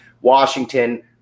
Washington